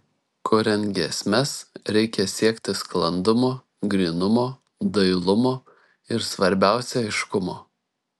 kuriant giesmes reikia siekti sklandumo grynumo dailumo ir svarbiausia aiškumo